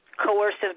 coercive